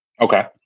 okay